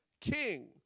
king